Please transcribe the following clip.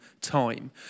time